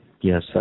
Yes